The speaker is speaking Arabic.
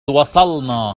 وصلنا